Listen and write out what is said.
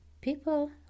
people